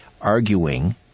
arguing